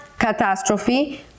catastrophe